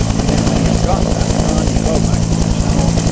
and then, when you've got that done, you go back to your channel,